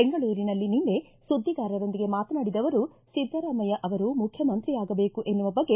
ಬೆಂಗಳೂರಿನಲ್ಲಿ ನಿನ್ನೆ ಸುದ್ದಿಗಾರರೊಂದಿಗೆ ಮಾತನಾಡಿದ ಅವರು ಒದ್ದರಾಮಯ್ಯ ಅವರು ಮುಖ್ಯಮಂತ್ರಿಯಾಗಬೇಕು ಎನ್ನುವ ಬಗ್ಗೆ